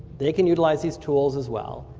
they can utilize these tools as well.